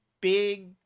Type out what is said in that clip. big